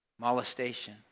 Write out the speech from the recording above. Molestation